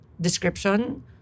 description